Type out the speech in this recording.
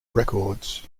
records